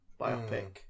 biopic